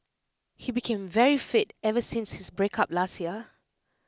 he became very fit ever since his breakup last year